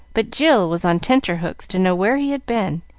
but jill was on tenter-hooks to know where he had been,